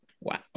wow